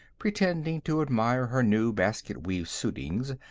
pretending to admire her new basket-weave suitings,